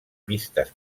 vistes